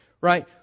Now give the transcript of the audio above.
Right